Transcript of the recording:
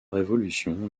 révolution